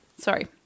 sorry